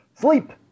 Sleep